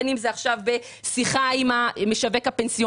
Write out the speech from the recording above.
בין אם זה בשיחה עם המשווק הפנסיוני,